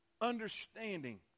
understanding